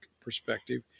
perspective